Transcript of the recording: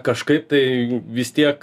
kažkaip tai vis tiek